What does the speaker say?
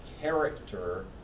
character